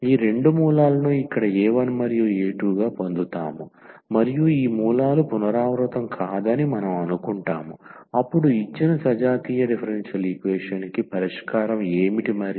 ఈ రెండు మూలాలను ఇక్కడ a1 మరియు a2 గా పొందుతాము మరియు ఈ మూలాలు పునరావృతం కాదని మనం అనుకుంటాము అప్పుడు ఇచ్చిన సజాతీయ డిఫరెన్షియల్ ఈక్వేషన్ కి పరిష్కారం ఏమిటి మరి